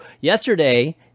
yesterday